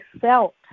felt